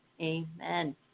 Amen